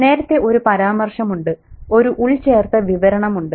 നേരത്തെ ഒരു പരാമർശമുണ്ട് ഒരു ഉൾച്ചേർത്ത വിവരണമുണ്ട്